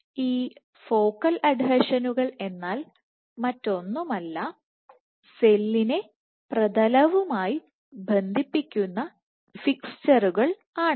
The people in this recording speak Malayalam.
ഈ ഫോക്കൽ അഡ്ഹെഷനുകൾ എന്നാൽ മറ്റൊന്നുമല്ല സെല്ലിനെ പ്രതലവുമായിബന്ധിപ്പിക്കുന്നഫിക്സ്ചറുകൾ ആണ്